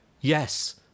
Yes